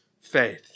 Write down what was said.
faith